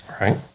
Right